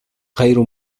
غير